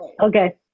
Okay